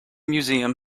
museum